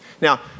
Now